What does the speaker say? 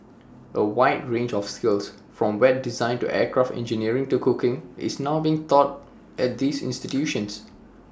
A wide range of skills from web design to aircraft engineering to cooking is now being taught at these institutions